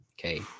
Okay